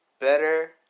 better